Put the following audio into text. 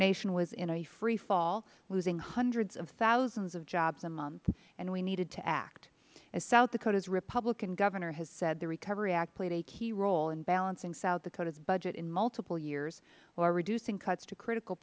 nation was in a free fall losing hundreds of thousands of jobs a month and we needed to act as south dakota's republican governor has said the recovery act played a key role in balancing south dakota's budget in multiple years while reducing cuts to critical